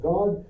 God